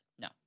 No